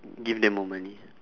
give them more money